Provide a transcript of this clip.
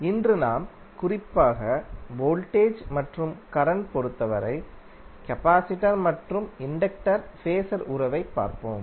இன்று நாம் குறிப்பாக வோல்டேஜ் மற்றும் கரண்ட் பொறுத்தவரை கபாசிடர் மற்றும் இண்டக்டர் ஃபேஸர் உறவைப் பார்ப்போம்